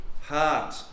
heart